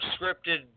scripted